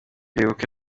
bibuka